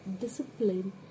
discipline